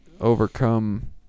overcome